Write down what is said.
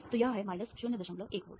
तो यह है 01 वोल्ट